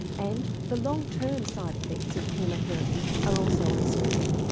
and the long term side effects of chemotherapy are also uncertain.